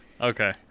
Okay